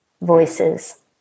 voices